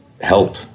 help